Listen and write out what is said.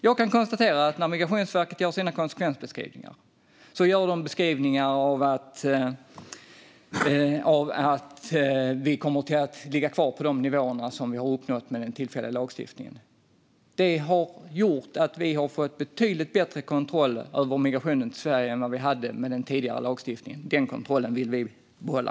Jag kan konstatera att enligt Migrationsverkets konsekvensbeskrivningar kommer vi att ligga kvar på de nivåer som vi har uppnått med den tillfälliga lagstiftningen. Det har gjort att vi har fått betydligt bättre kontroll över migrationen till Sverige än vad vi hade med den tidigare lagstiftningen, och den kontrollen vill vi behålla.